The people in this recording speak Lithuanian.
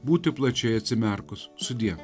būti plačiai atsimerkus sudie